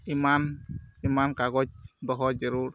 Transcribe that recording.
ᱮᱢᱟᱱ ᱮᱢᱟᱱ ᱠᱟᱜᱚᱡᱽ ᱫᱚᱦᱚ ᱡᱟᱹᱨᱩᱲ